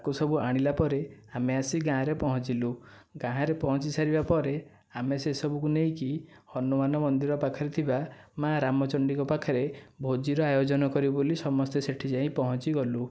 ତାକୁ ସବୁ ଆଣିଲା ପରେ ଆମେ ଆସି ଗାଁରେ ପହଞ୍ଚିଲୁ ଗାଁରେ ପହଞ୍ଚି ସାରିବା ପରେ ଆମେ ସେ ସବୁକୁ ନେଇକି ହନୁମାନ ମନ୍ଦିର ପାଖରେ ଥିବା ମା ରାମଚଣ୍ଡୀଙ୍କ ପାଖରେ ଭୋଜିର ଆୟୋଜନ କରିବୁ ବୋଲି ସମସ୍ତେ ସେହିଠି ଯାଇ ପହଞ୍ଚି ଗଲୁ